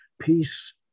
peace